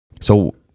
So-